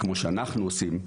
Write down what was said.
כמו שאנחנו עושים,